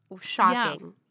Shocking